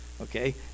okay